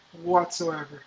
whatsoever